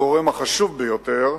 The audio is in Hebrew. הגורם החשוב ביותר,